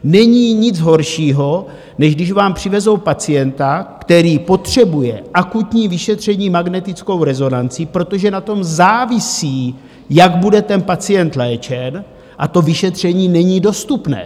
Není nic horšího, než když vám přivezou pacienta, který potřebuje akutní vyšetření magnetickou rezonancí, protože na tom závisí, jak bude ten pacient léčen, a to vyšetření není dostupné.